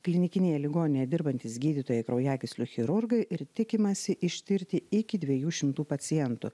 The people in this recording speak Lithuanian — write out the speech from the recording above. klinikinėje ligoninėje dirbantys gydytojai kraujagyslių chirurgai ir tikimasi ištirti iki dviejų šimtų pacientų